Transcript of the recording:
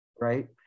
Right